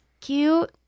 cute